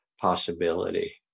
possibility